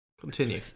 Continue